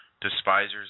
despisers